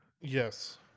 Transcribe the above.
Yes